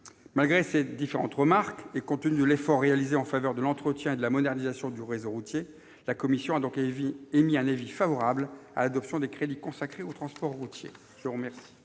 Malgré ces différentes remarques et compte tenu de l'effort réalisé en faveur de l'entretien et de la modernisation du réseau routier, la commission a émis un avis favorable sur l'adoption des crédits consacrés aux transports routiers.